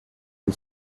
who